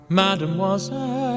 mademoiselle